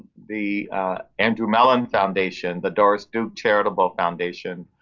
the andrew mellon foundation, the doris duke charitable foundation,